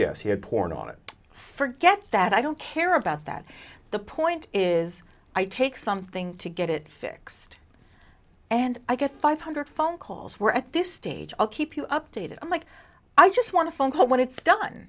he had porn on it forget that i don't care about that the point is i take something to get it fixed and i get five hundred phone calls were at this stage i'll keep you updated i'm like i just want to phone call when